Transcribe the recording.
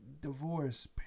divorce